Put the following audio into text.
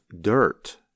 dirt